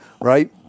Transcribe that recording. right